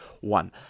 One